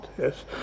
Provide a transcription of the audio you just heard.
yes